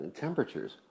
temperatures